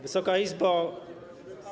Wysoka Izbo!